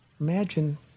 Imagine